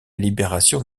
libération